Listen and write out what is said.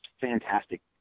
fantastic